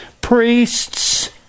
priests